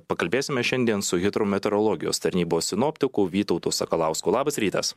pakalbėsime šiandien su hidrometeorologijos tarnybos sinoptiku vytautu sakalausku labas rytas